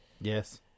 yes